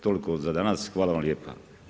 Toliko za danas, hvala vam lijepo.